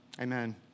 amen